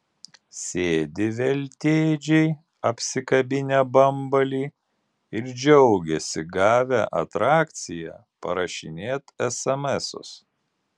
sėdi veltėdžiai apsikabinę bambalį ir džiaugiasi gavę atrakciją parašinėt esemesus